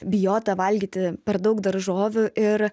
bijota valgyti per daug daržovių ir